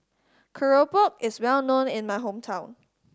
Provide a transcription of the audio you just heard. keropok is well known in my hometown